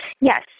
Yes